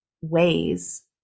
ways